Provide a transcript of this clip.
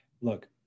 look